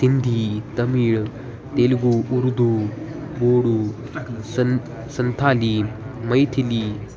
सिन्धि तमीळ् तेल्गु उर्दू बोडु सन् सन्थाली मैथली